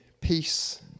peace